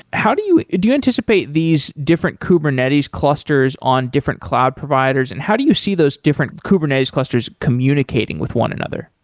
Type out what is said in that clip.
do you do you anticipate these different kubernetes clusters on different cloud providers and how do you see those different kubernetes clusters communicating with one another?